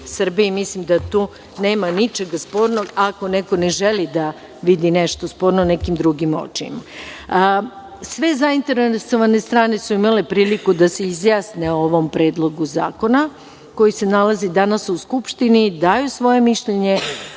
Mislim da tu nema ničega spornog, ako neko ne želi da vidi nešto sporno nekim drugim očima. Sve zainteresovane strane su imale priliku da se izjasne o ovom predlogu zakona koji se nalazi danas u Skupštini i daju svoje mišljenje,